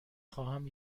خواهم